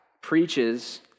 preaches